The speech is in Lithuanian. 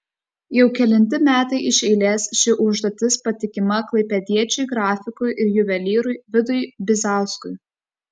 jau kelinti metai iš eilės ši užduotis patikima klaipėdiečiui grafikui ir juvelyrui vidui bizauskui